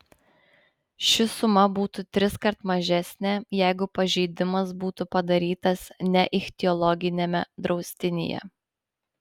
ši suma būtų triskart mažesnė jeigu pažeidimas būtų padarytas ne ichtiologiniame draustinyje